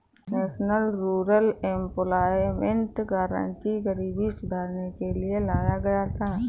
national rural employment guarantee गरीबी सुधारने के लिए लाया गया था